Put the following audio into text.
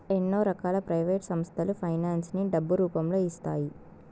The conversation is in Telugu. ఎన్నో రకాల ప్రైవేట్ సంస్థలు ఫైనాన్స్ ని డబ్బు రూపంలో ఇస్తాయి